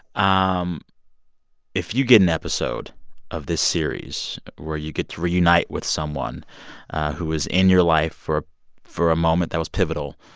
um if you get an episode of this series where you get to reunite with someone who was in your life for for a moment that was pivotal,